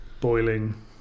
boiling